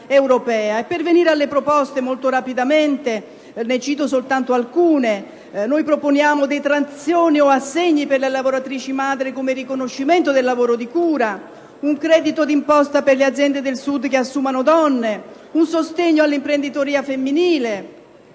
Per venire alle proposte, molto rapidamente ne citerò soltanto alcune. Proponiamo detrazioni o assegni per le lavoratrici madri come riconoscimento del lavoro di cura; un credito di imposta per le aziende del Sud che assumano donne; un sostegno all'imprenditoria femminile.